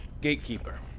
Gatekeeper